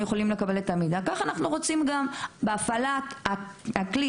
אני רוצה לומר שהנהלים מפורסמים באתר האינטרנט של המשטרה.